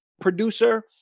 producer